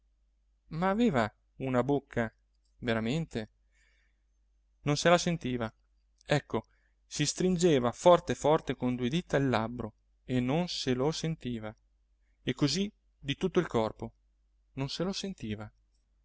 ma aveva un bocca veramente non se la sentiva ecco si stringeva forte forte con due dita il labbro e non se lo sentiva e così di tutto il corpo non se lo sentiva